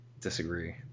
disagree